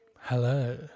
Hello